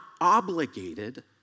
obligated